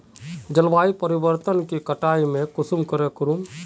जलवायु परिवर्तन के कटाई में कुंसम करे करूम?